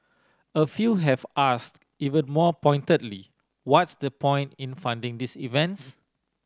a few have asked even more pointedly what's the point in funding these events